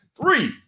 three